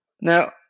Now